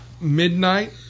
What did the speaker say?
midnight